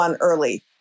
early